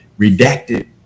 redacted